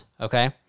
okay